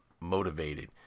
motivated